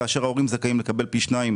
כאשר ההורים זכאים לקבל פי שניים